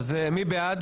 מי בעד